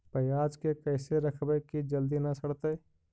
पयाज के कैसे रखबै कि जल्दी न सड़तै?